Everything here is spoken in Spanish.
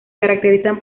caracterizan